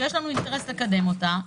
שיש לנו אינטרס לקדם אותה,